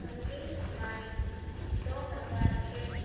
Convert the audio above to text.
انیس مئی دو ہزار ایک